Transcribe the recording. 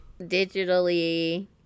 digitally